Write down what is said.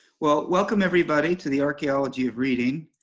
well, welcome everybody to the archaeology of reading.